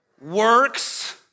works